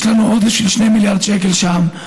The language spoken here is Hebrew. יש לנו עודף של 2 מיליארד שקל שם.